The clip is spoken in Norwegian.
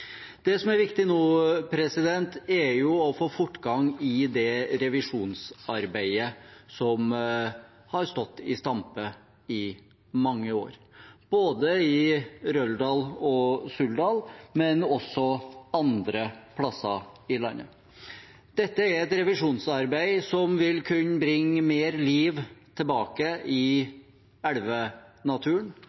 Det som er viktig nå, er å få fortgang i det revisjonsarbeidet som har stått i stampe i mange år, både i Røldal og i Suldal, men også andre steder i landet. Dette er et revisjonsarbeid som vil kunne bringe mer liv tilbake i elvenaturen,